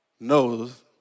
knows